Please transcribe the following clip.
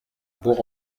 bourg